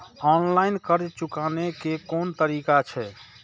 Online कर्ज चुकाने के कोन तरीका छै?